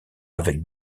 avec